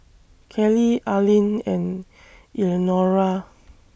Kellie Arline and Eleanora